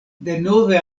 denove